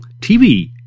TV